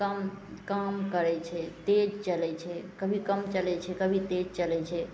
काम काम करै छै तेज चलै छै कभी कम चलै छै कभी तेज चलै छै